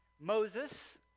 Moses